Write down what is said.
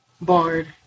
Bard